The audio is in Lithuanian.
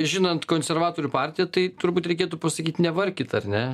žinant konservatorių partiją tai turbūt reikėtų pasakyt nevarkit ar ne